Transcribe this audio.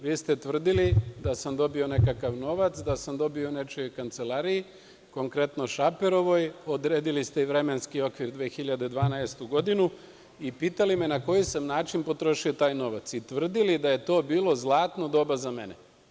Vi ste tvrdili da sam dobio nekakav novac, da sam dobio u nečijoj kancelariji, konkretno Šaperovoj, odredili ste i vremenski okvir 2012. godinu i pitali me na koji sam način potrošio taj novac i tvrdili da je to bilo zlatno doba za mene.